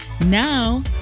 Now